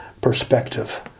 perspective